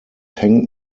hängt